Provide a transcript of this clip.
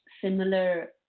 similar